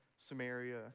Samaria